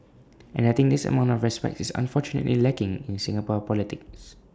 and I think this amount of respect is unfortunately lacking in Singapore politics